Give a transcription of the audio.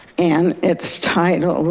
and it's titled